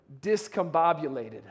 discombobulated